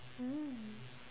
mm